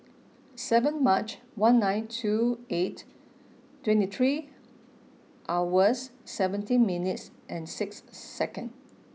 seven March one nine two eight twenty three hours seventeen minutes and six second